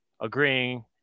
agreeing